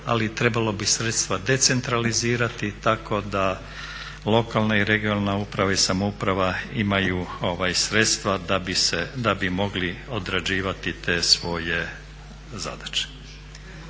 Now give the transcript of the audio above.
ali trebalo bi sredstva decentralizirati tako da lokalna i regionalna uprava i samouprava imaju sredstva da bi mogli odrađivati te svoje zadaće.